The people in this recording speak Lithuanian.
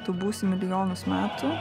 tu būsi milijonus metų